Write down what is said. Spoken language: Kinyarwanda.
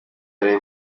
yaraye